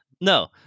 No